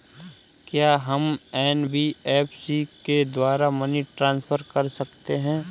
क्या हम एन.बी.एफ.सी के द्वारा मनी ट्रांसफर कर सकते हैं?